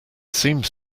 seems